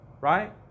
right